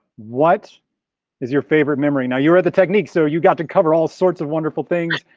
what is your favorite memory? now you're at the technique so you got to cover all sorts of wonderful things,